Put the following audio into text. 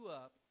up